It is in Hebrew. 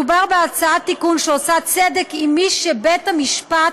מדובר בהצעת תיקון שעושה צדק עם מי שבית המשפט